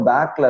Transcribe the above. Back